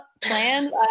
Plans